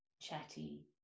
chatty